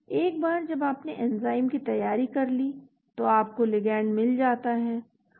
एक बार जब आपने एंजाइम की तैयारी कर ली तो आपको लिगैंड मिल जाता है